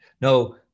No